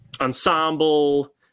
ensemble